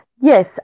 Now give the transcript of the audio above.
Yes